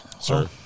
Sir